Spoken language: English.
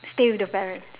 stay with the parents